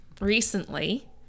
recently